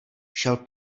šel